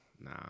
nah